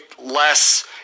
less